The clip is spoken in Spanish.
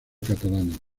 catalana